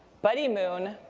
buddy moon,